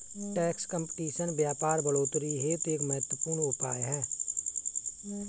tax competition व्यापार बढ़ोतरी हेतु एक महत्वपूर्ण उपाय है